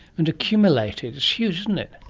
and accumulated. it's huge, isn't it.